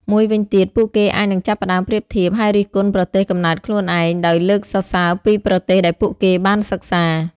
មួយវិញទៀត ពួកគេអាចនឹងចាប់ផ្តើមប្រៀបធៀប ហើយរិះគន់ប្រទេសកំណើតខ្លួនឯង ដោយលើកសរសើរពីប្រទេសដែលពួកគេបានសិក្សា។